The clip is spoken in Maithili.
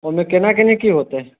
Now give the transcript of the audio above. ओहिमे कोना कोन की हेतै